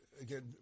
again